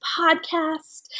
podcast